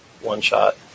one-shot